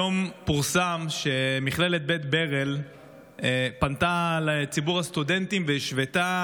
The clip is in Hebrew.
היום פורסם שמכללת בית ברל פנתה לציבור הסטודנטים והשוותה